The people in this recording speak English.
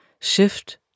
Shift